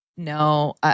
No